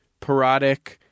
parodic